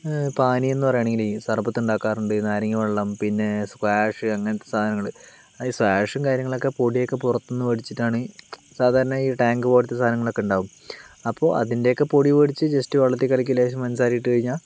പാനീയം എന്നുപറയാണെങ്കിലേ സർബത്തുണ്ടാക്കാറുണ്ട് നാരങ്ങാവെള്ളം പിന്നെ സ്ക്വാഷ് അങ്ങനത്തെ സാധനങ്ങൾ ഈ സ്ക്വാഷും കാര്യങ്ങളും ഒക്കെ പൊടിയൊക്കെ പുറത്തു നിന്ന് മേടിച്ചിട്ടാണ് സാധാരണ ഈ ടാങ്ക് പോലത്തെ സാധനങ്ങൾ ഒക്കെ ഉണ്ടാകും അപ്പോൾ അതിൻ്റെയൊക്കെ പൊടി പൊടിച്ചു ജസ്റ്റ് വെള്ളത്തിൽ കലക്കി ലേശം പൻസാരയും ഇട്ടു കഴിഞ്ഞാൽ